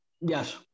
Yes